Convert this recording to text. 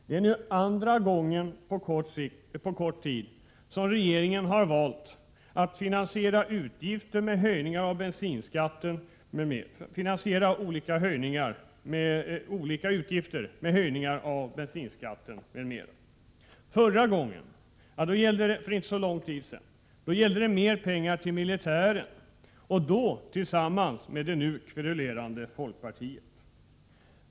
Det är nu andra gången på kort tid som regeringen har valt att finansiera olika utgifter med höjningar av bensinskatten m.m. Förra gången —- för inte så länge sedan — gällde det mer pengar till militären, och då tillsammans med det nu kverulerande folkpartiet.